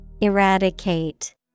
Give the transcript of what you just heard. Eradicate